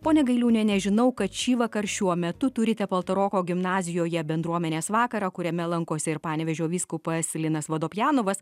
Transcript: pone gailiūniene žinau kad šįvakar šiuo metu turite paltaroko gimnazijoje bendruomenės vakarą kuriame lankosi ir panevėžio vyskupas linas vodopjanovas